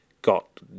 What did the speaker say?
got